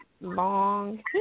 long